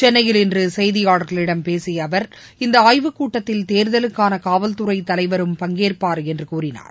சென்னையில் இன்று செய்தியாளர்களிடம் பேசிய அவர் இந்த ஆய்வுக் கூட்டத்தில் தேர்தலுக்கான காவல்துறை தலைவரும் பங்கேற்பார் என்று கூறினார்